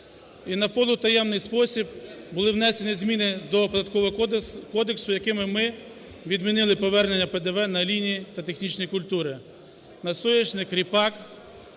в напівтаємний спосіб були внесені зміни до Податкового кодексу, якими ми відмінили повернення ПДВ на олійні та технічні культури: